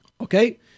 Okay